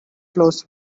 closed